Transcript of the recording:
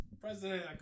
President